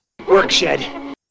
Workshed